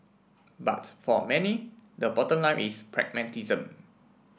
but for many the bottom line is pragmatism